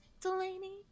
Delaney